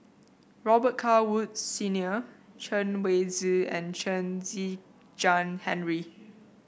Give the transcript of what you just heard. Robet Carr Woods Senior Chen Wen Hsi and Chen Kezhan Henri